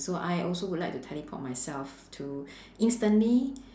so I also would like to teleport myself to instantly